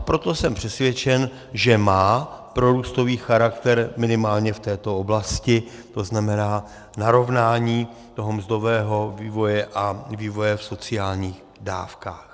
Proto jsem přesvědčen, že má prorůstový charakter minimálně v této oblasti, to znamená narovnání toho mzdového vývoje a vývoje v sociálních dávkách.